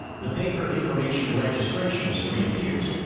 the paper information registration screen appears.